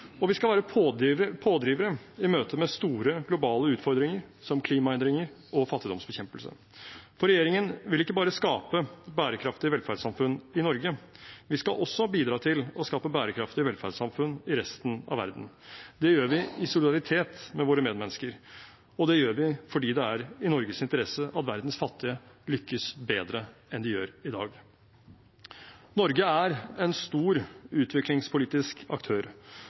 og vi skal være pådrivere i møte med store globale utfordringer, som klimaendringer og fattigdomsbekjempelse, for regjeringen vil ikke bare skape et bærekraftig velferdssamfunn i Norge, vi skal også bidra til å skape bærekraftige velferdssamfunn i resten av verden. Det gjør vi i solidaritet med våre medmennesker, og det gjør vi fordi det er i Norges interesse at verdens fattige lykkes bedre enn de gjør i dag. Norge er en stor utviklingspolitisk aktør,